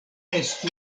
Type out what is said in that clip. estu